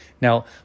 Now